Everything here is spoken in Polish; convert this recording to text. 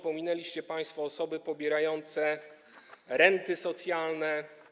Pominęliście państwo osoby pobierające renty socjalne.